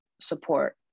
support